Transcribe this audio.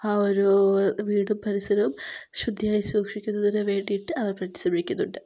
ആ ഒരൂ വീടും പരിസരവും ശുദ്ധിയായി സൂക്ഷിക്കുന്നതിന് വേണ്ടിയിട്ട് അവർ പരിശ്രമിക്കുന്നുണ്ട്